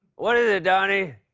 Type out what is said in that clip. what is it, donny?